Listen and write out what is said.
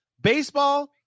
Baseball